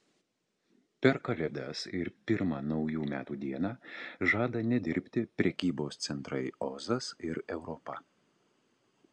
per kalėdas ir pirmą naujų metų dieną žada nedirbti prekybos centrai ozas ir europa